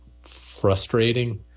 frustrating